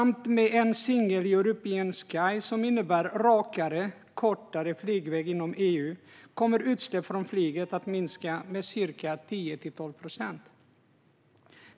Med Single European Sky, som innebär en rakare och kortare flygväg inom EU, kommer utsläppen från flyget att minska med ca 10-12 procent.